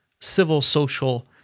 civil-social